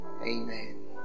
amen